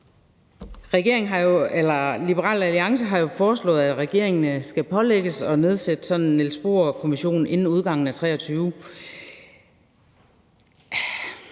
Liberal Alliance har jo foreslået, at regeringen skal pålægges at nedsætte sådan en Niels Bohr-kommission inden udgangen af 2023.